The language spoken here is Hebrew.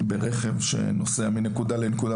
ברכב שנוסע מנקודה לנקודה,